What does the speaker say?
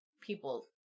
people